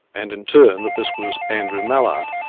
and in turn that this was andrew mallard.